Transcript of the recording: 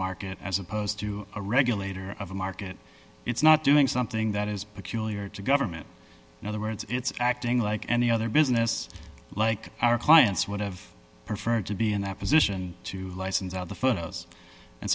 market as opposed to a regulator of a market it's not doing something that is peculiar to government in other words it's acting like any other business like our clients would have preferred to be in that position to license out the photos and